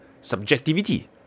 subjectivity